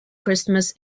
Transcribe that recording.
christmas